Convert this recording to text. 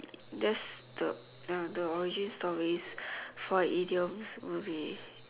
that's the the origin story for idioms movie